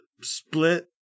Split